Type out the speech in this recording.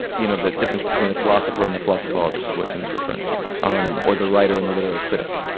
you know the difference between the philosopher and the philosophologist is what tim is referring to um or the writer and the literary critic,